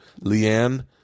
Leanne